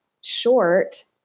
short